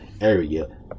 area